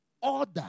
Order